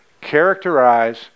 characterize